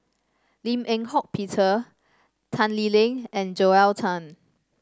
Lim Eng Hock Peter Tan Lee Leng and Joel Tan